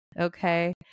okay